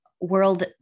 world